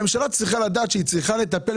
הממשלה צריכה לדעת שהיא צריכה לטפל